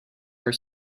are